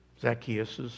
Zacchaeus